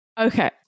Okay